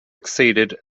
exceeded